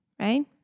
right